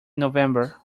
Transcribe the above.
november